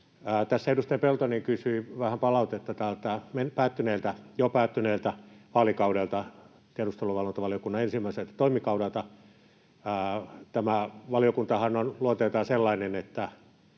Tässä edustaja Peltonen kysyi vähän palautetta tältä jo päättyneeltä vaalikaudelta, tiedusteluvalvontavaliokunnan ensimmäiseltä toimikaudelta. Tämä valiokuntahan on luonteeltaan sellainen, että